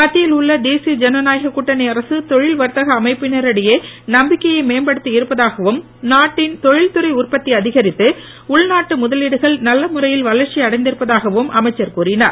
மத்தியில் உள்ள தேசிய ஜனநாயக கூட்டணி அரசு தொழில் வர்த்தக அமைப்பினரிடையே நம்பிக்கையை மேம்படுத்தி இருப்பதாகவும் நாட்டின் தொழில் துறை உற்பத்தி அதிகரித்து உள்நாட்டு முதலீடுகள் நல்ல முறையில் வளர்ச்சி அடைந்திருப்பதாகவும் அமைச்சர் கூறினார்